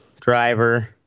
driver